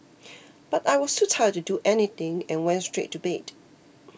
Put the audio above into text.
but I was too tired to do anything and went straight to bed